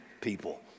people